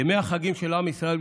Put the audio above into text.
ימי החגים של עם ישראל,